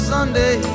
Sunday